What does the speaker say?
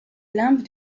limbe